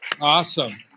Awesome